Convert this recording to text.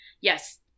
Yes